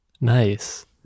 Nice